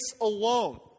alone